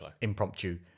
impromptu